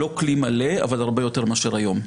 לא כלי מלא אבל הרבה יותר מאשר היום.